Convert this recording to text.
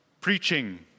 preaching